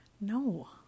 No